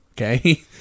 okay